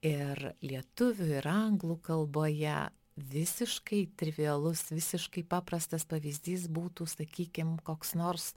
ir lietuvių ir anglų kalboje visiškai trivialus visiškai paprastas pavyzdys būtų sakykim koks nors